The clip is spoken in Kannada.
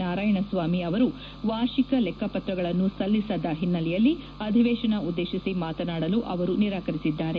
ನಾರಾಯಣಸ್ವಾಮಿ ಅವರು ವಾರ್ಷಿಕ ಲೆಕ್ಕಪತ್ರಗಳನ್ನು ಸಲ್ಲಿಸದ ಹಿನ್ನೆಲೆಯಲ್ಲಿ ಅಧಿವೇಶನ ಉದ್ದೇಶಿಸಿ ಮಾತನಾದಲು ಅವರು ನಿರಾಕರಿಸಿದ್ದಾರೆ